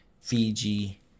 Fiji